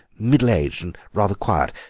middle-aged and rather quiet.